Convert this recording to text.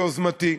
ביוזמתי.